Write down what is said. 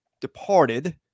departed